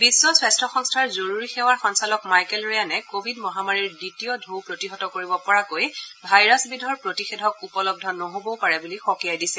বিশ্ব স্বাস্থ্য সংস্থাৰ জৰুৰী সেৱাৰ সঞ্চালক মাইকেল ৰেয়ানে কোৱিড মাহামাৰীৰ দ্বিতীয় টৌ প্ৰতিহত কৰিব পৰাকৈ ভাইৰাছবিধৰ প্ৰতিষেধক উপলব্ধ নহবও পাৰে বুলি সকিয়াই দিছে